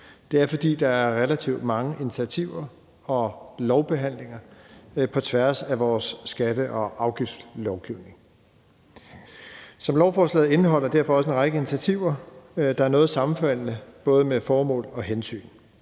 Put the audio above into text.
Det er, fordi der er relativt mange initiativer og lovbehandlinger på tværs af vores skatte- og afgiftslovgivning. Lovforslaget indeholder derfor også en række initiativer, der er noget sammenfaldende i både formål og hensyn,